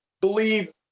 believe